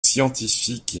scientifique